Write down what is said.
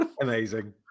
Amazing